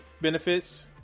benefits